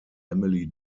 emily